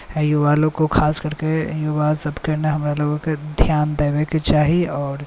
युवा लोकके खास करिके युवा सबके हमरा लोकके धिआन देबाके चाही आओर